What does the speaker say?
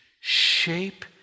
shape